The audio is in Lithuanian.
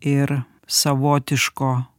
ir savotiško